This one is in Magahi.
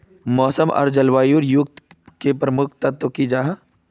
मौसम आर जलवायु युत की प्रमुख तत्व की जाहा?